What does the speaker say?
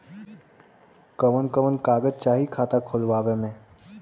कवन कवन कागज चाही खाता खोलवावे मै?